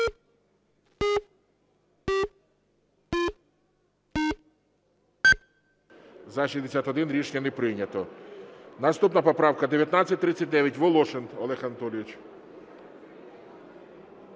За-61 Рішення не прийнято. Наступна поправка 1939, Волошин Олег Анатолійович.